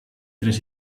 tres